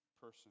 person